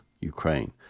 Ukraine